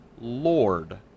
Lord